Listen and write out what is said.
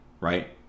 right